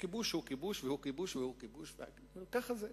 הכיבוש הוא כיבוש והוא כיבוש והוא כיבוש, וככה זה.